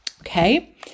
Okay